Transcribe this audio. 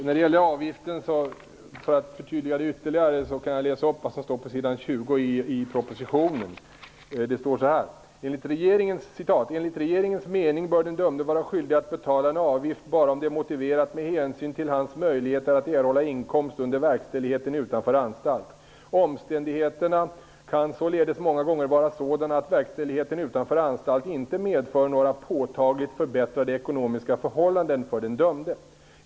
För att ytterligare förtydliga det som gäller avgiften kan jag läsa upp det som står på s. 20 i propositionen: ''Enligt regeringens mening bör den dömde vara skyldig att betala en avgift bara om det är motiverat med hänsyn till hans möjligheter att erhålla inkomst under verkställigheten utanför anstalt. Omständigheterna kan således många gånger vara sådana att verkställigheten utanför anstalt inte medför några påtagligt förbättrade ekonomiska förhållanden för den dömde.